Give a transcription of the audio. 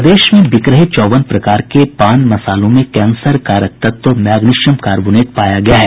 प्रदेश में बिक रहे चौवन प्रकार के पान मसालों में कैंसर कारक तत्व मैग्नीशियम कॉर्बोनेट पाया गया है